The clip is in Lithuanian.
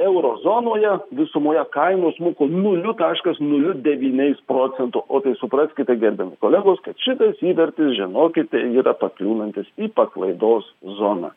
euro zonoje visumoje kainos smuko nuliu taškas nuliu devyniais procento o tai supraskite gerbiami kolegos kad šitas įvertis žinokite yra pakliūnantis į paklaidos zoną